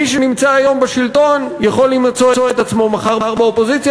מי שנמצא היום בשלטון יכול למצוא את עצמו מחר באופוזיציה